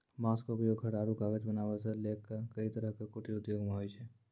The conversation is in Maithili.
बांस के उपयोग घर आरो कागज बनावै सॅ लैक कई तरह के कुटीर उद्योग मॅ होय छै